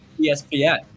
ESPN